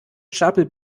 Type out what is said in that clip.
stapel